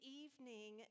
evening